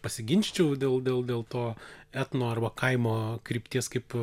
pasiginčičiau dėl dėl to etno arba kaimo krypties kaip